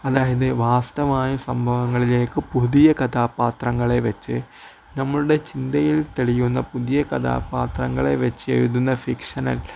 അതായത് വാസ്തമായ സംഭവങ്ങളിലേക്ക് പുതിയ കഥാപാത്രങ്ങളെ വച്ചു നമ്മുടെ ചിന്തയിൽ തെളിയുന്ന പുതിയ കഥാപാത്രങ്ങളെ വച്ചു എഴുതുന്ന ഫിക്ഷണൽ